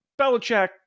Belichick